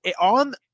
on